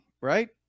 right